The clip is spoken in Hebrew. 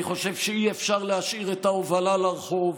אני חושב שאי-אפשר להשאיר את ההובלה לרחוב,